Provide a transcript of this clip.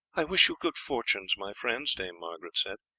i wish you good fortunes, my friends, dame margaret said.